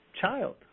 child